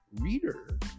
reader